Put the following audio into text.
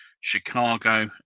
Chicago